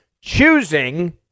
choosing